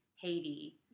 Haiti